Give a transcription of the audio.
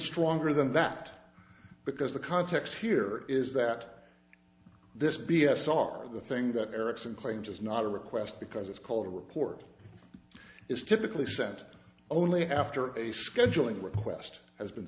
stronger than that because the context here is that this b s are the thing that erickson claims is not a request because it's called a report is typically sent only after a scheduling request has been